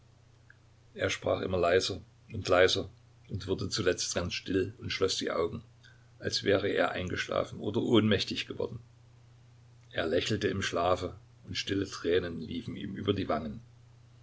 er sprach immer leiser und leiser und wurde zuletzt ganz still und schloß die augen als wäre er eingeschlafen oder ohnmächtig geworden er lächelte im schlafe und stille tränen liefen ihm über die wangen